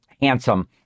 handsome